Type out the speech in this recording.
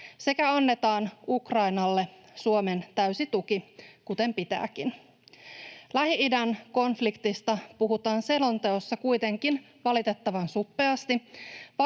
sekä annetaan Ukrainalle Suomen täysi tuki, kuten pitääkin. Lähi-idän konfliktista puhutaan selonteossa kuitenkin valitettavan suppeasti,